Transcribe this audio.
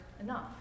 enough